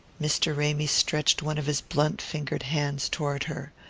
mr. ramy stretched one of his blunt-fingered hands toward her.